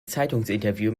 zeitungsinterview